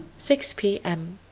six p m